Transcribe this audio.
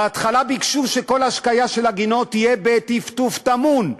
בהתחלה ביקשו שכל השקיה של הגינות תהיה בטפטוף טמון,